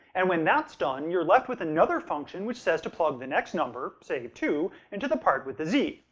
and when that's done, you're left with another function which says to plug the next number say, two into the part with the z.